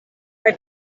kaj